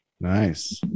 Nice